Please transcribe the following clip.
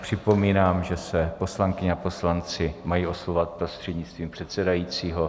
Připomínám, že se poslankyně a poslanci mají oslovovat prostřednictvím předsedajícího.